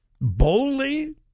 boldly